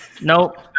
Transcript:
Nope